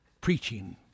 Preaching